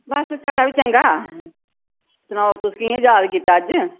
बस साढ़ा बी चंगा सनाओ तुस कि'यां याद कीता अज्ज